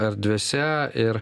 erdvėse ir